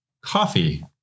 coffee